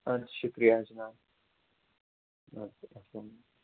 اَدٕ حظ شُکریہِ حظ جناب اَدٕ کیٛاہ اسلام